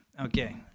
Okay